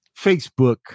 Facebook